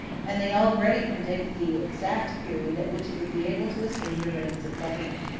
and they already predict the exact period at which it will be able to assume the reins of government.